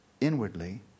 inwardly